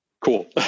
Cool